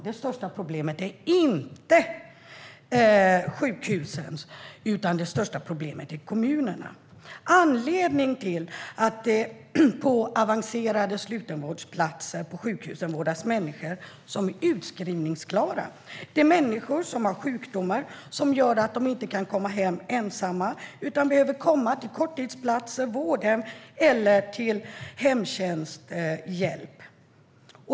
Det största problemet är dock inte sjukhusen, utan det största problemet är kommunerna. De är anledningen till att det på avancerade slutenvårdsplatser på sjukhusen vårdas människor som är utskrivningsklara. Det är människor som har sjukdomar som gör att de inte kan komma hem ensamma utan behöver komma till korttidsplatser eller vårdhem eller få hemtjänsthjälp.